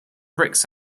bricks